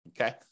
Okay